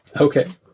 Okay